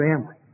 family